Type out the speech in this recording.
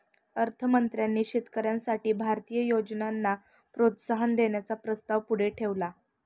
अर्थ मंत्र्यांनी शेतकऱ्यांसाठी भारतीय योजनांना प्रोत्साहन देण्याचा प्रस्ताव पुढे ठेवला